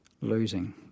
losing